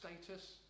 status